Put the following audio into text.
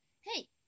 hey